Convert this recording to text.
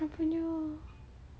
apanya